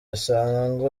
bisanzwe